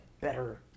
better